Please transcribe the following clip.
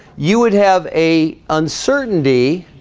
you would have a uncertainty